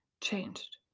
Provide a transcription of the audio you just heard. changed